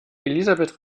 elisabeth